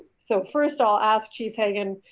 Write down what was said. so first i'll ask chief hagan,